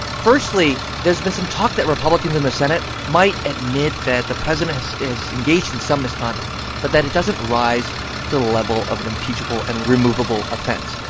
firstly, there's been some talk that republicans in the senate might admit that the president has has engaged in some misconduct but that it doesn't rise to the level of an impeachable and removeable offense.